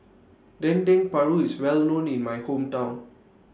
Dendeng Paru IS Well known in My Hometown